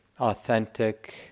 authentic